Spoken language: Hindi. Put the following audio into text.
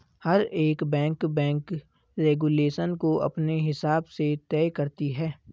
हर एक बैंक बैंक रेगुलेशन को अपने हिसाब से तय करती है